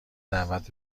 دعوت